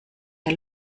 der